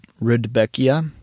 Rudbeckia